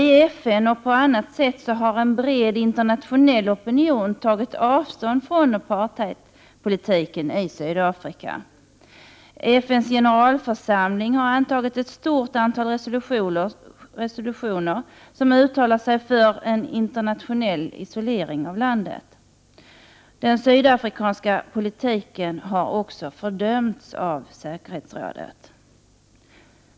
I FN och på annat sätt har en bred internationell opinion tagit avstånd från apartheidpolitiken i Sydafrika. FN:s generalförsamling har antagit ett stort antal resolutioner för en internationell isolering av landet. Den sydafrikanska politiken har också fördömts av säkerhetsrådet.